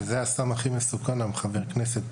זהו הסם הכי מסוכן היום, חבר הכנסת.